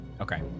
okay